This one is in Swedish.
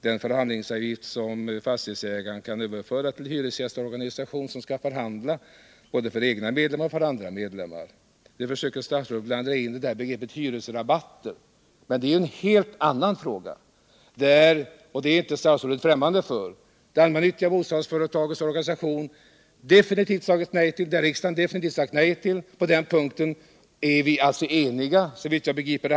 Den avgiften kan fastighetsägaren överföra till cn hyresgästorganisation, som skall förhandla för både egna och andras medlemmar. Statsrädet försöker här också blanda in begreppet hyresrabatter, men det rör ju en helt annan fråga. som - och det är inte statsrådet främmande för - de allmännyttiga bostadsföretagens organisation sagt definitivt nej till och som även riksdagen har sagt definitivt nej till. På den punkten är, såvitt jag begriper.